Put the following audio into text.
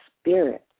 spirit